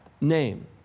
name